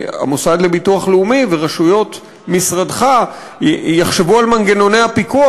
שהמוסד לביטוח לאומי ורשויות משרדך יחשבו על מנגנוני הפיקוח.